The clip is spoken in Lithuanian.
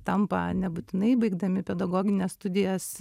tampa nebūtinai baigdami pedagogines studijas